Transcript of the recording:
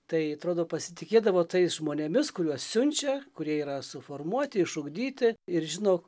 tai atrodo pasitikėdavo tais žmonėmis kuriuos siunčia kurie yra suformuoti išugdyti ir žino